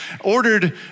ordered